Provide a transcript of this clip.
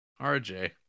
RJ